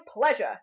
pleasure